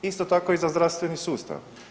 Isto tako i za zdravstveni sustav.